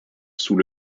sous